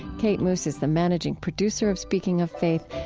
kate moos is the managing producer of speaking of faith,